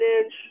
inch